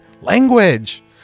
language